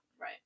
right